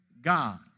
God